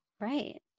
Right